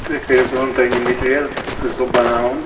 تُہۍ کٔرِو کٲم تُہۍ أنِو مٹیٖریل سُہ گوٚو بناوُن